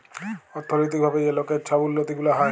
অথ্থলৈতিক ভাবে যে লকের ছব উল্লতি গুলা হ্যয়